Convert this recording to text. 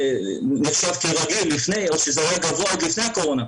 שנחשב כרגיל או שזה היה גבוה עוד לפני הקורונה.